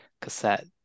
cassette